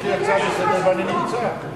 יש לי הצעה לסדר-היום ואני נמצא.